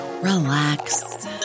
relax